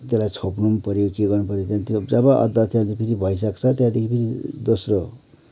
त्यसलाई छोप्नु पनि पऱ्यो के गर्नु पऱ्यो त्यहाँदेखि जब अदुवा चाहिँ फेरि भइसक्छ त्यहाँदेखि फेरी दोस्रो